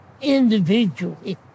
individually